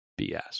BS